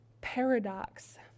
paradox